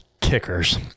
kickers